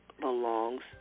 belongs